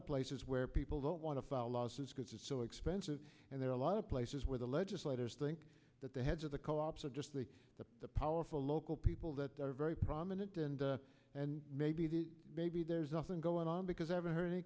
of places where people don't want to file lawsuits because it's so expensive and there are a lot of places where the legislators think that the heads of the co ops are just the powerful local people that they're very prominent and and maybe the maybe there's nothing going on because i haven't heard any